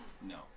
No